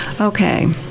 Okay